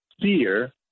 fear